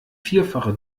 vierfache